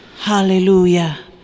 Hallelujah